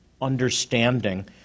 understanding